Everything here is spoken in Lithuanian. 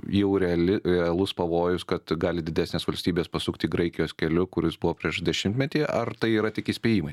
jau reali realus pavojus kad gali didesnės valstybės pasukti graikijos keliu kuris buvo prieš dešimtmetį ar tai yra tik įspėjimai